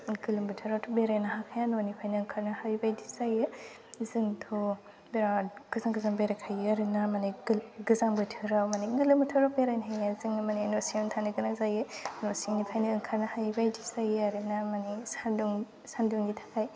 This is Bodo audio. गोलोम बोथोरावथ' बेरायनो हाखाया न'निफ्राय ओंखारनो हायिबायदि जायो जोंथ' बिराद गोजान गोजान बेरायनो हायो आरो ना माने गोजां बोथोराव माने गोलोम बोथोराव बेरायनो हायोब्लाबो जोङो माने न' सिङावनो थानो गोनां जायो न' सिंनिफ्रायनो ओंखारनो हायि बायदि जायो आरो ना माने सान्दुं सान्दुंनि थाखाय